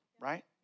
right